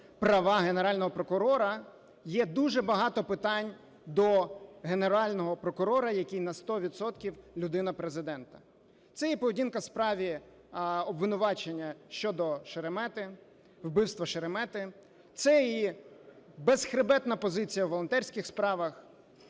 права Генерального прокурора, є дуже багато питань до Генерального прокурора, який на 100 відсотків людина Президента. Це і поведінка в справі обвинувачення щодо Шеремета, вбивства Шеремета, це і безхребетна позиція у волонтерських справах.